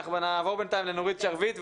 אנחנו נעבור בינתיים לנורית שרביט,